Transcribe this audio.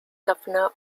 governor